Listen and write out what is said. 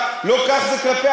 לא כך זה כלפי השב"כ,